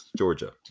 Georgia